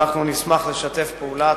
אנחנו נשמח לשתף פעולה.